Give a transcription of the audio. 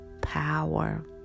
power